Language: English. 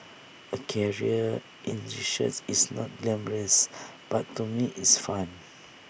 A career in researches is not glamorous but to me it's fun